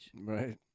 Right